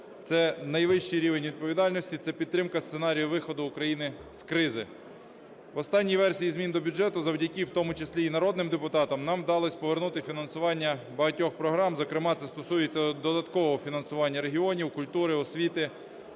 Найвищий рівень відповідальності – це підтримка сценарію виходу України з кризи. В останній версії змін до бюджету завдяки і в тому числі і народним депутатам нам вдалось повернути фінансування багатьох програм, зокрема, це стосується додаткового фінансування регіонів культури, освіти.